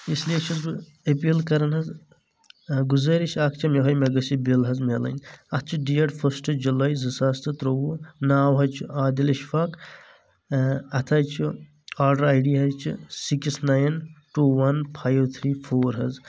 اسلیے چھُس بہٕ اٮ۪پیٖل کران حظ گُزٲرش اکھ چھم یِہٕے مےٚ گٔژھ یہِ بِل حظ مِلٕنۍ اتھ چھ ڈیٹ فسٹ جُلاے زٕ ساس تہٕ ترووُہ ناو حظ چھُ عادل اشفاق اتھ حظ چھُ آرڈر آی ڈی حظ چھ six nine two one five three four حظ